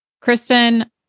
Kristen